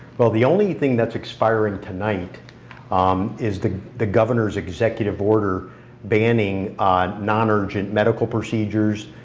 well the only thing that's expiring tonight um is the the governor's executive order banning non urgent medical procedures,